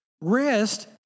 rest